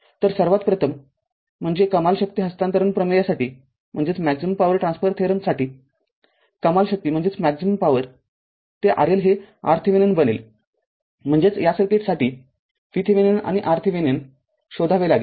तरसर्वात प्रथम म्हणजे कमाल शक्ती हस्तांतरण प्रमेयासाठी कमाल शक्ती ते RL हे RThevenin बनेल म्हणजेचया सर्किटसाठी VThevenin आणि RThevenin शोधावे लागेल